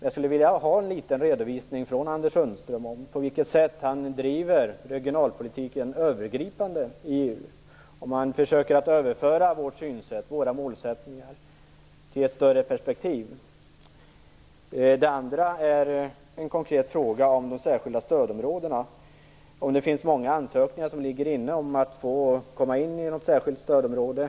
Jag skulle vilja ha en liten redovisning från Anders Sundström om på vilket sätt han bedriver regionalpolitiken övergripande i EU, och om han försöker överföra vårt synsätt och våra målsättningar till att gälla i ett större perspektiv. Den andra konkreta frågan handlar om de särskilda stödområdena, och om det ligger många ansökningar inne om att få komma in i ett särskilt stödområde.